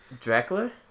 dracula